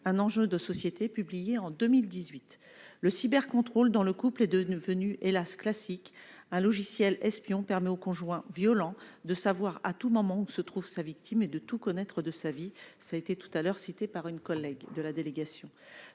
un enjeu de société, publié en 2018 le cyber contrôle dans le couple et de hélas classique, un logiciel espion permet au conjoint violent de savoir à tout moment où se trouve sa victime et de tout connaître de sa vie, ça a été tout à l'heure, cité par une collègue de la délégation